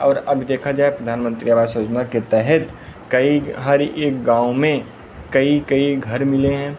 और अब देखा जाए प्रधानमन्त्री आवास योजना के तहत कई हर एक गाँव में कई कई घर मिले हैं